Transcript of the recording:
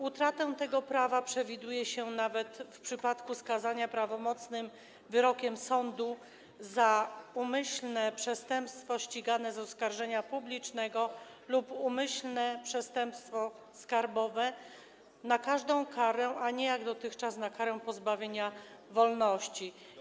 Utratę tego prawa przewiduje się nawet w przypadku skazania prawomocnym wyrokiem sądu za umyślne przestępstwo ściganie z oskarżenia publicznego lub umyślne przestępstwo skarbowe, przy czym chodzi tu o każdą karę, a nie tylko - jak dotychczas - o karę pozbawienia wolności.